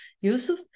Yusuf